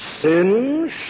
Sin